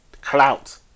Clout